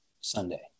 Sunday